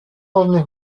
орны